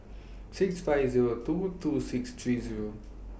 six five Zero two two six three Zero